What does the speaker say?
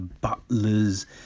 Butler's